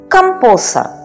Composer